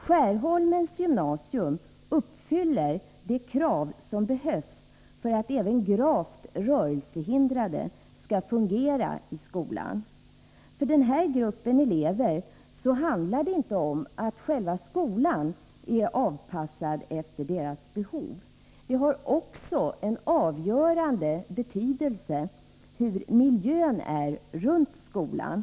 Skärholmens gymnasium uppfyller de krav som kan ställas på en skola för att även gravt rörelsehindrade skall kunna fungera där. För denna grupp elever handlar det inte bara om att själva skolan är anpassad efter deras behov, utan det är också av avgörande betydelse hur miljön runt omkring skolan är.